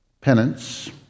penance